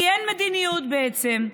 כי אין מדיניות, בעצם.